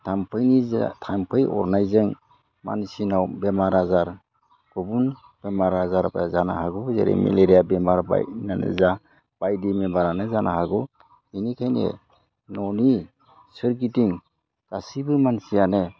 थाम्फैनि जा थाम्फै अरनायजों मानसिनाव बेमार आजार गुबुन बेमार आजारफ्रा जानो हागौ जेरै मेलेरिया बेमार बायदिसिनायानो जा बायदि बेमारानो जानो हागौ बेनिखायनो न'नि सोरगिदिं गासैबो मानसियानो